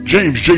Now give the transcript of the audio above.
James